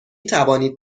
توانید